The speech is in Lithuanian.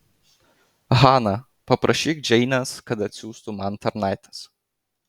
hana paprašyk džeinės kad atsiųstų man tarnaites